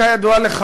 כידוע לך,